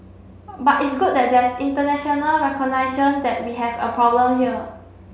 but it's good that there's international recognition that we have a problem here